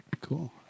Cool